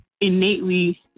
innately